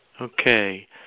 Okay